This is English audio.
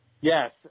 Yes